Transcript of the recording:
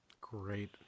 Great